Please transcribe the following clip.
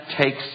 takes